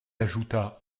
ajouta